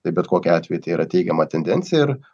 tai bet kokiu atveju tai yra teigiama tendencija ir